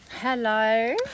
Hello